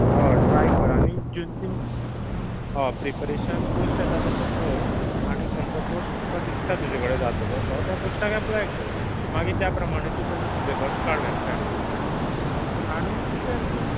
हय ट्राय कर आनी यू थिंक प्रिपरेशन पोस्ट येता तशे पळय आनी खंयचो पोस्ट तुका दिसता तुजे कडेन जातलो असो त्या पोस्टाक अप्लाय कर मागीर त्याप्रमाणें तुवें तेजो सिलेबस काड वेबसायटी वयल्यान आनी प्रिपेर कर